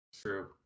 True